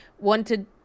Wanted